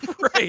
Right